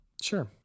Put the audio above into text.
Sure